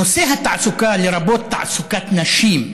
נושא התעסוקה, לרבות תעסוקת נשים,